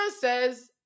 says